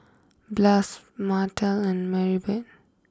Blas Martell and Maribeth